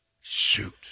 Shoot